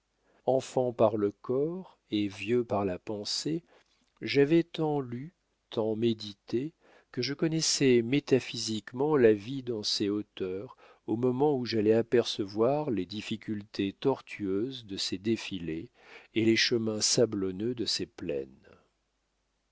enfant par le corps et vieux par la pensée j'avais tant lu tant médité que je connaissais métaphysiquement la vie dans ses hauteurs au moment où j'allais apercevoir les difficultés tortueuses de ses défilés et les chemins sablonneux de ses plaines